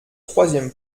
troisième